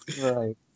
Right